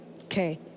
okay